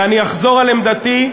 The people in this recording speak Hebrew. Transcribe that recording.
ואני אחזור על עמדתי,